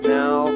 now